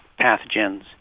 pathogens